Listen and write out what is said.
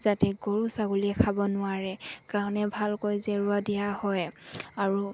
যাতে গৰু ছাগলীয়ে খাব নোৱাৰে কাৰণে ভালকৈ জেৰুৱা দিয়া হয় আৰু